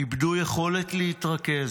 איבדו יכולת להתרכז.